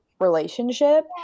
relationship